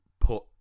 put